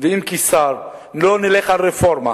ואם כשר לא נלך על רפורמה,